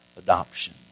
Adoption